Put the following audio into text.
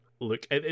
Look